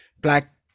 Black